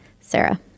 Sarah